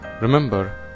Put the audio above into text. Remember